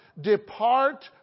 Depart